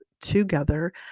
together